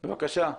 בבקשה.